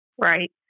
right